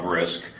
risk